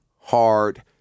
hard